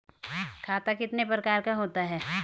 खाता कितने प्रकार का होता है?